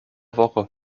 woche